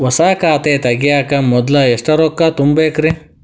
ಹೊಸಾ ಖಾತೆ ತಗ್ಯಾಕ ಮೊದ್ಲ ಎಷ್ಟ ರೊಕ್ಕಾ ತುಂಬೇಕ್ರಿ?